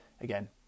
again